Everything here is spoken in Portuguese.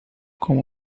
com